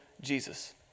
Jesus